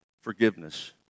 forgiveness